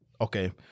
okay